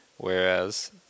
whereas